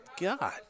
God